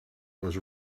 was